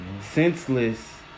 senseless